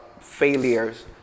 failures